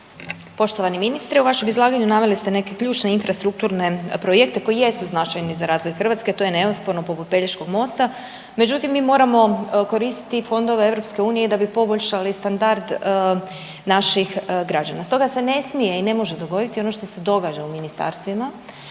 Poštovani ministre, u vašem izlaganju naveli ste neke ključne infrastrukturne projekte koji jesu značajni za razvoj Hrvatske, to je neosporno, poput Pelješkog mosta, međutim, mi moramo koristiti i fondove EU da bi poboljšali standard naših građana. Stoga se ne smije i ne može dogoditi ono što se događa u ministarstvima,